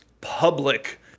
public